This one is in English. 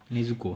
nezuko